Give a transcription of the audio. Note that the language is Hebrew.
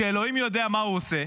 שה' יודע מה הוא עושה,